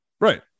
Right